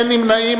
אין נמנעים.